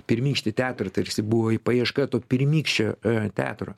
pirmykštį teatrą tarsi buvo paieška to pirmykščio teatro